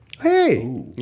Hey